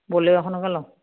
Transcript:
Bolero এখনকে লওঁ